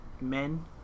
men